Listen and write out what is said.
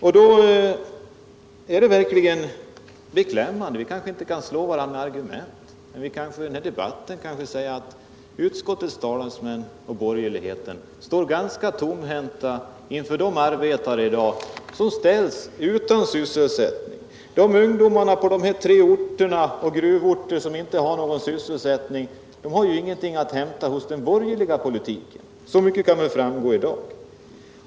Situationen är verkligen beklämmande. Vi kanske inte kan slå varandra med argument, men vi kan i den här debatten säga att utskottets talesmän och borgerligheten står ganska tomhänta inför de arbetare som i dag ställs utan sysselsättning. De ungdomar som på dessa tre gruvorter inte får sysselsättning har ju ingenting att hämta hos den borgerliga politiken — så mycket kan väl framgå i dag.